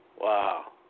Wow